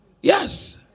Yes